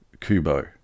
Kubo